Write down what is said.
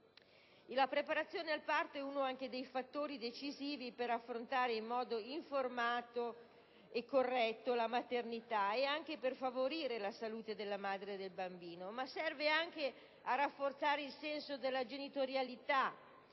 La preparazione al parto è uno dei fattori decisivi per affrontare in modo informato e corretto la maternità e anche per favorire la salute della madre e del bambino, ma serve anche per rafforzare il senso della genitorialità,